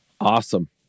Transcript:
Awesome